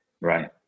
Right